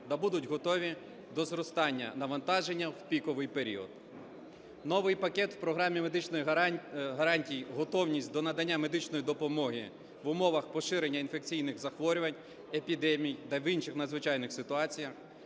та будуть готові до зростання навантаження в піковий період. Новий пакет у Програмі медичних гарантій "Готовність до надання медичної допомоги в умовах поширення інфекційних захворювань, епідемій та в інших надзвичайних ситуаціях"